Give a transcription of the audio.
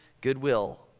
goodwill